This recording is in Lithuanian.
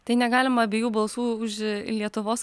tai negalima abiejų balsų už lietuvos